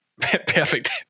perfect